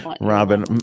Robin